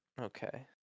Okay